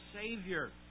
Savior